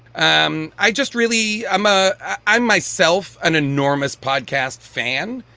um i just really i'm a i'm myself an enormous podcast fan.